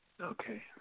Okay